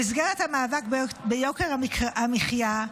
במסגרת המאבק ביוקר המחיה,